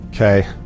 Okay